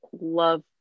love